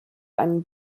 einen